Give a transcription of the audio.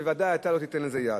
ובוודאי אתה לא תיתן לזה יד.